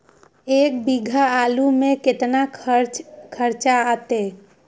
एक बीघा आलू में केतना खर्चा अतै?